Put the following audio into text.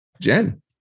Jen